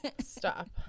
Stop